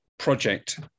project